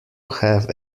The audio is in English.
have